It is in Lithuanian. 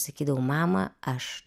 sakydavau mama aš